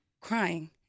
crying